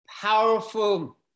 powerful